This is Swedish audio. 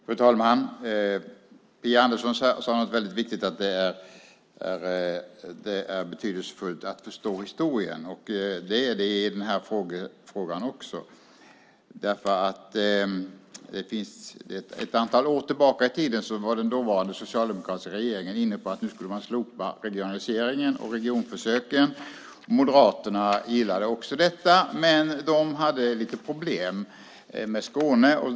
Fru talman! Phia Andersson sade något väldigt viktigt: att det är betydelsefullt att förstå historien. Det är det även i den här frågan. Ett antal år tillbaka i tiden var nämligen den dåvarande socialdemokratiska regeringen inne på att slopa regionaliseringen och regionförsöken. Moderaterna gillade också detta, men de hade lite problem med Skåne.